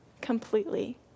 completely